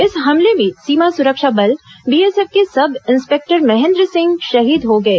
इस हमले में सीमा सुरक्षा बल बीएसएफ के सब इंस्पेक्टर महेंद्र सिंह शहीद हो गए